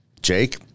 Jake